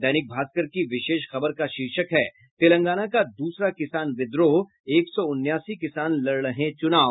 दैनिक भास्कर की विशेष खबर का शीर्षक है तेलंगाना का दूसरा किसान विद्रोह एक सौ उनासी किसान लड़ रहे चुनाव